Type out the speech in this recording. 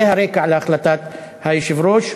זה הרקע להחלטת היושב-ראש,